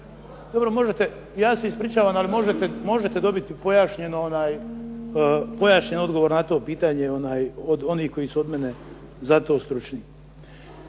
Dobro možete, ja se ispričavam, ali možete dobiti pojašnjen odgovor na to pitanje od onih koji su od mene za to stručni.